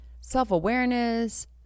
self-awareness